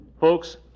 Folks